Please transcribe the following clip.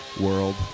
world